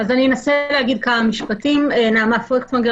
שהן ועדות שהמעמד שלהן קצת שונה,